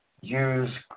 use